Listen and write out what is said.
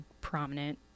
prominent